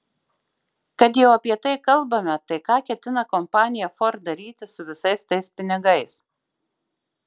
kad jau apie tai kalbame tai ką ketina kompanija ford daryti su visais tais pinigais